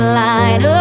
light